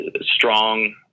strong